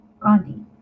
Gandhi